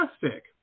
Fantastic